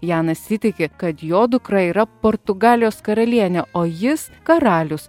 janas įtiki kad jo dukra yra portugalijos karalienė o jis karalius